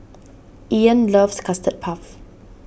Ean loves Custard Puff